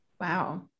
Wow